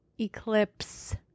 eclipse